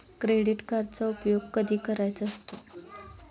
Credit कार्डचा उपयोग कधी करायचा असतो?